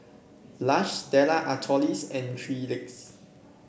Lush Stella Artois and Three Legs